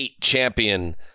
champion